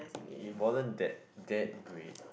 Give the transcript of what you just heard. it wasn't that that great